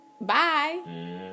Bye